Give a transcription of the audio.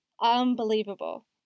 unbelievable